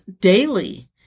daily